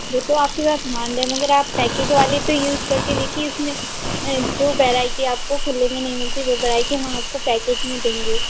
देखो आपकी बात मान लें मगर आप पैकिट वाले पे यूज़ करके देखिए इसमें जो बेराइटी आपको खुले में नहीं मिलती वो बेराइटी हम आपको पैकेट में देंगे